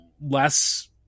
less